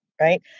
Right